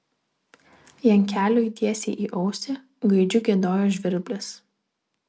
jankeliui tiesiai į ausį gaidžiu giedojo žvirblis